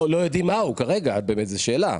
לא יודעים מהו כרגע, זה באמת זה שאלה.